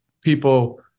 people